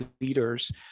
leaders